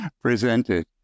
presented